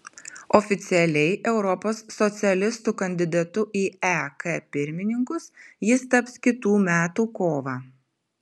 oficialiai europos socialistų kandidatu į ek pirmininkus jis taps kitų metų kovą